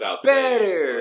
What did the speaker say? Better